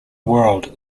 world